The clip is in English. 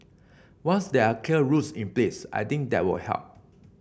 once there are clear rules in place I think that will help